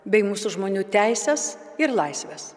bei mūsų žmonių teises ir laisves